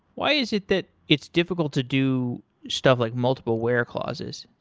why is it that it's difficult to do stuff like multiple where clauses?